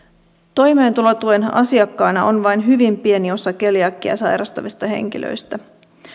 toimeentulotuen asiakkaina on vain hyvin pieni osa keliakiaa sairastavista henkilöistä